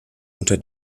unter